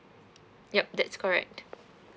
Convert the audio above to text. yup that's correct